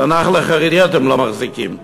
את הנח"ל החרדי אתם לא מחזיקים,